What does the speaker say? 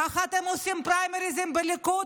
ככה אתם עושים פריימריז בליכוד?